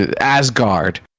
Asgard